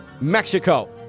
Mexico